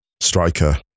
striker